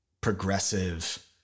progressive